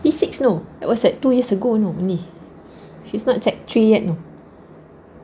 he six no that was like two years ago no only she's not check three yet no